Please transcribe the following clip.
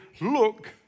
Look